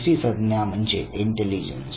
दुसरी सज्ञा म्हणजे इंटेलिजन्स